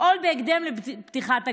ולפעול בהקדם לפתיחת הגן.